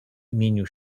imieniu